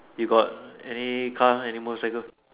you got any car any motorcycle